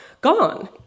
gone